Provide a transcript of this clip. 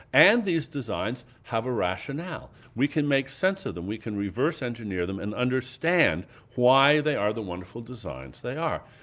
and these designs have a rationale. we can make sense of them. we can reverse-engineer them, and understand why they are the wonderful designs they are.